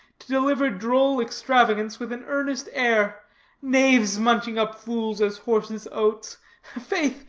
to deliver droll extravagance with an earnest air knaves munching up fools as horses oats faith,